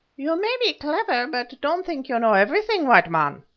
you may be clever, but don't think you know everything, white man,